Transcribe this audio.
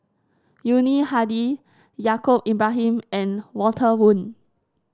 Yuni Hadi Yaacob Ibrahim and Walter Woon